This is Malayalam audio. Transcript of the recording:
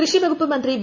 കൃഷിവകുപ്പു മന്ത്രി വി